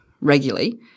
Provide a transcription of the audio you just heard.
regularly